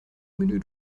menü